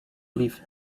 leave